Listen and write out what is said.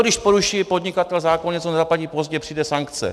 Když poruší podnikatel zákon, něco zaplatí pozdě, přijde sankce.